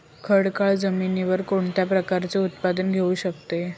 खडकाळ जमिनीवर कोणत्या प्रकारचे उत्पादन घेऊ शकतो?